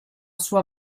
sua